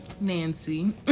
nancy